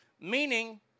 Meaning